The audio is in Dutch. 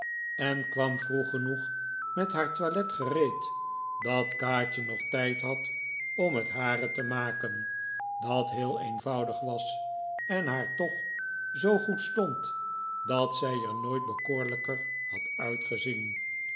en kwam vroeg genoeg met haar toilet gereed dat kaatje nog tijd had om het hare te maken dat heel eenvoudig was en haar toch zoo goed stond dat zij er nooit bekoorlijker had uitgezien